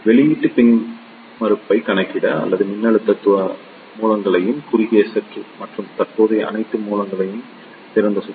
வெளியீட்டு மின்மறுப்பைக் கணக்கிட அனைத்து மின்னழுத்த மூலங்களையும் குறுகிய சுற்று மற்றும் தற்போதைய அனைத்து மூலங்களையும் திறந்த சுற்று